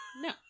No